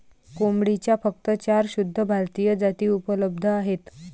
कोंबडीच्या फक्त चार शुद्ध भारतीय जाती उपलब्ध आहेत